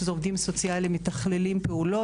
שזה עובדים סוציאליים מתכללים פעולות.